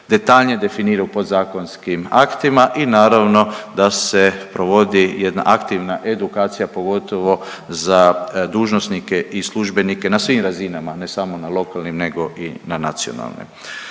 detaljnije definira u podzakonskim aktima i naravno da se provodi jedna aktivna edukacija pogotovo za dužnosnike i službenike na svim razinama, ne samo na lokalnim nego i na nacionalnim.